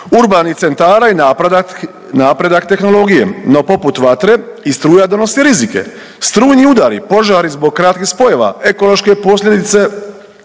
urbanih centara i napredak tehnologije no poput vatre i struja donosi rizike. Strujni udari, požari zbog kratkih spojeva, ekološke posljedice